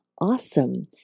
awesome